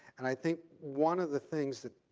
and i think one of the things that